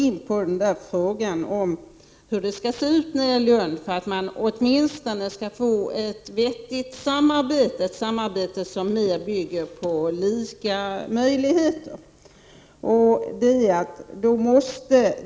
Hur skall verksamheten nere i Lund se ut för att man åtminstone skall få ett vettigt samarbete, som mera bygger på lika möjligheter?